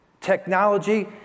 Technology